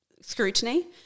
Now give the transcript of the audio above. scrutiny